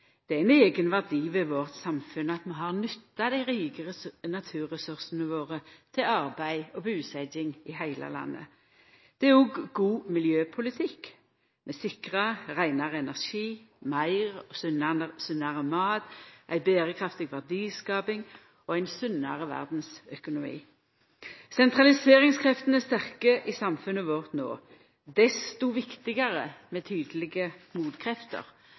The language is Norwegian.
Det er ein eigen verdi ved vårt samfunn at vi har nytta dei rike naturressursane våre til arbeid og busetjing i heile landet. Det er òg god miljøpolitikk – vi sikrar reinare energi, meir og sunnare mat, ei berekraftig verdiskaping og ein sunnare verdsøkonomi. Sentraliseringskreftene er sterke i samfunnet vårt nå – desto viktigare er det med tydelege motkrefter.